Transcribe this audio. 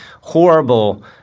horrible